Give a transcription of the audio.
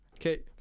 Okay